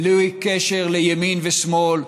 בלי קשר לימין ושמאל.